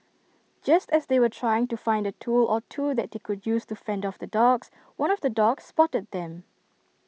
just as they were trying to find A tool or two that they could use to fend off the dogs one of the dogs spotted them